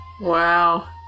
Wow